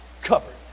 Covered